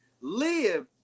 live